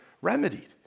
remedied